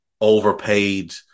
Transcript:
overpaid